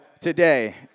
today